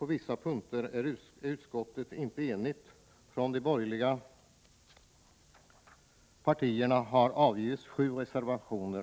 På vissa punkter är utskottet inte enigt. Från de borgerliga partierna har avgivits sju reservationer.